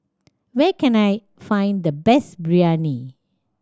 where can I find the best Biryani